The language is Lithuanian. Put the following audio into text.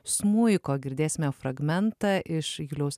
smuiko girdėsime fragmentą iš juliaus